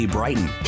Brighton